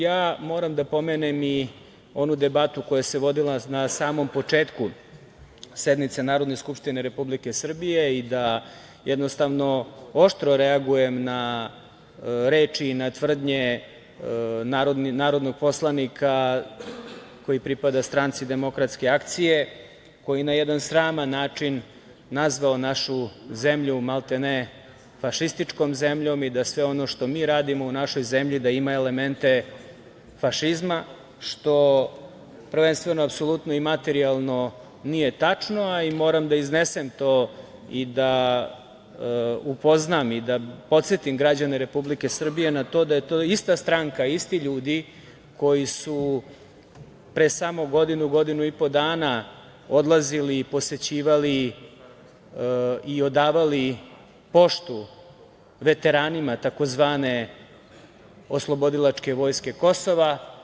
Ja moram da pomenem i onu debatu koja se vodila na samom početku sednice Narodne skupštine Republike Srbije i da jednostavno oštro reagujem na reči i na tvrdnje narodnog poslanika koji pripada Stranci demokratske akcije, koji je na jedan sraman način nazvao našu zemlju maltene fašističkom zemljom i da sve ono što mi radimo u našoj zemlji da ima elemente fašizma, što prvenstveno apsolutno i materijalno nije tačno, a i moram da iznesem to i da upoznam i da podsetim građane Republike Srbije na to da je to ista stranka, isti ljudi koji su pre samo godinu, godinu i po dana, odlazili i posećivali i odavali poštu veteranima tzv. „oslobodilačke vojske Kosova“